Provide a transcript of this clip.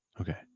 Okay